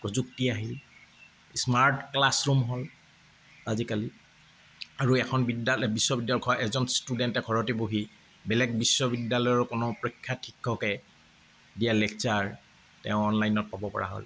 প্ৰযুক্তি আহিল smart classroom হ'ল আজিকালি আৰু এখন বিদ্যালয় বিশ্ববিদ্যালয় এজন ষ্টুডেণ্টে ঘৰতে বহি বেলেগ বিশ্ববিদ্যালয়ৰ কোনো প্ৰখ্যাত শিক্ষকে দিয়া লেকচাৰ তেওঁ অনলাইনত পাব পাৰা হ'ল